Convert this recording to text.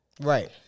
Right